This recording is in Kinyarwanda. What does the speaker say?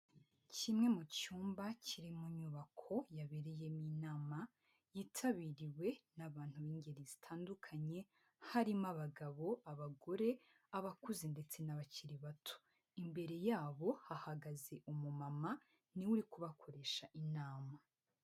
Kimwe mu cyumba kiri mu nyubako yabereyemo inama, yitabiriwe n'abantu b'ingeri zitandukanye harimo abagabo, abagore, abakuze ndetse n'abakiri bato imbere yabo hahagaze umu mama, niwe uri kubakoresha inama.